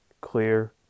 clear